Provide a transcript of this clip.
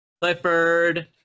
Clifford